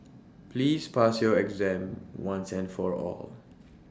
please pass your exam once and for all